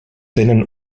tenen